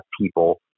people